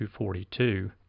242